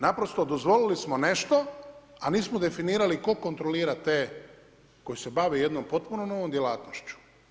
Naprosto dozvolili smo nešto, a nismo definirali tko kontrolira te koji se bave jednom potpuno novom djelatnošću.